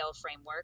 framework